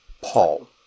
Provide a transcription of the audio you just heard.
Paul